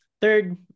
third